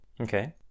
Okay